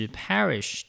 parish